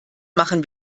machen